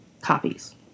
copies